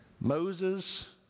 Moses